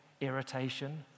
irritation